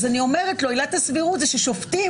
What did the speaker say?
אז אני אומרת לו שעילת הסבירות זה ששופטים